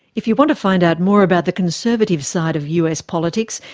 if you want to find out more about the conservative side of us politics,